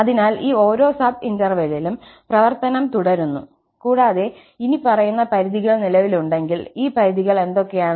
അതിനാൽ ഈ ഓരോ സബ് ഇന്റെർവെലിലും പ്രവർത്തനം തുടരുന്നു കൂടാതെ ഇനിപ്പറയുന്ന പരിധികൾ നിലവിലുണ്ടെങ്കിൽ ഈ പരിധികൾ എന്തൊക്കെയാണ്